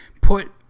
put